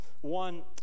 one